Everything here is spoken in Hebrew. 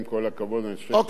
גם שר הפנים,